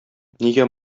нигә